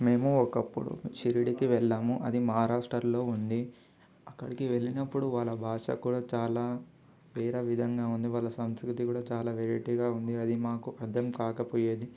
మేము ఒకప్పుడు షిరిడికి వెళ్ళాము అది మహారాష్ట్రలో ఉంది అక్కడికి వెళ్ళినప్పుడు వాళ్ళ భాష కూడా చాలా వేరే విధంగా ఉంది వాళ్ళ సంస్కృతి కూడా చాలా వెరైటీగా ఉంటుంది అది మాకు అర్థంకాకపోయేది